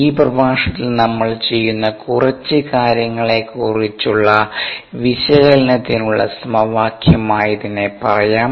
ഈ പ്രഭാഷണത്തിൽ നമ്മൾ ചെയ്യുന്ന കുറച്ച് കാര്യങ്ങളെക്കുറിച്ചുള്ള വിശകലനത്തിനുള്ള സമവാക്യമായി ഇതിനെ പറയാം